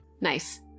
Nice